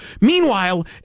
Meanwhile